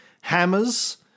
hammers